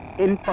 in